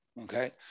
Okay